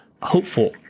hopeful